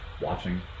watching